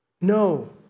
No